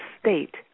state